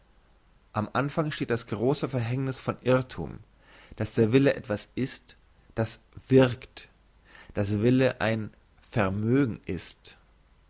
am anfang steht das grosse verhängniss von irrthum dass der wille etwas ist das wirkt dass wille ein vermögen ist